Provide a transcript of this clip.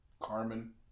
Carmen